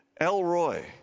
Elroy